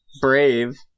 Brave